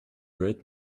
right